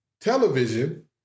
Television